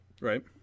Right